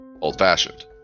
old-fashioned